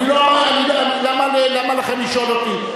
למה לכם לשאול אותי?